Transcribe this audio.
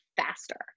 faster